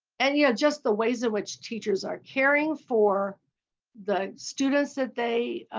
and yeah just the ways in which teachers are caring for the students that they